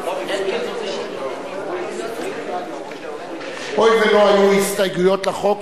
הואיל ולא היו הסתייגויות לחוק,